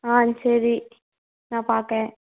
ஆ சரி நான் பாக்கேன்